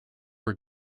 are